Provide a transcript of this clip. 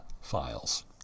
files